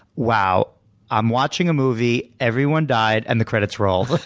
wow i'm watching a movie, everyone died, and the credits rolled.